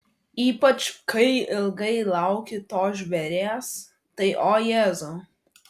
ypač kai ilgai lauki to žvėries tai o jėzau